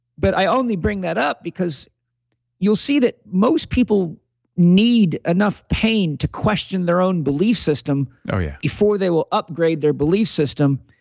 but i only bring that up because you'll see that most people need enough pain to question their own belief system ah yeah before they will upgrade their belief system.